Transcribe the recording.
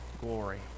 glory